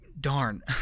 darn